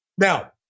Now